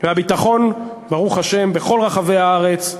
והביטחון, ברוך השם, בכל רחבי הארץ,